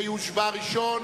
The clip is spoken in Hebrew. שיושבע ראשון,